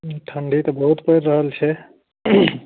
ठण्ढी तऽ बहुत पड़ि रहल छै